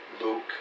Luke